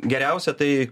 geriausia tai